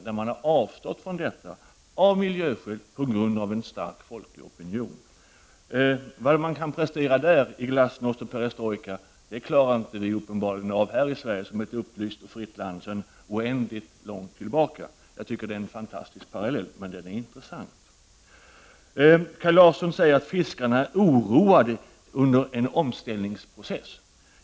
Där har man avstått från detta av miljöskäl, på grund av en stark folkopinion. Det man kan prestera där i glasnost och perestrojka, klarar vi uppenbarligen inte av här i Sverige, som är ett upplyst och fritt land sedan oändligt lång tid tillbaka. Jag tycker att det är en fantastisk parallell, men den är intressant. Kaj Larsson säger att fiskarna är oroade under en omställningsprocess.